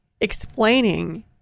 explaining